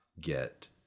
get